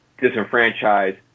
disenfranchise